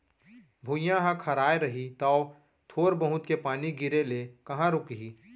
भुइयॉं ह खराय रही तौ थोर बहुत के पानी गिरे ले कहॉं रूकही